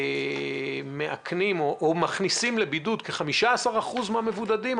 מכניסים לבידוד כ-15% מהמבודדים,